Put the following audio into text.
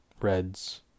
Reds